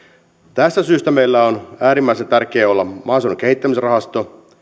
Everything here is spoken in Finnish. tästä syystä meillä on äärimmäisen tärkeää olla maaseudun kehittämisrahasto